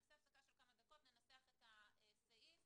ננסח את הסעיף